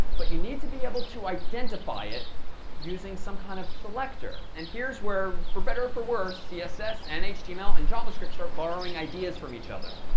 but you need to be able to identify it using some kind of selector. and here's where, for better or for worse, css and html and javascript start borrowing ideas from each other.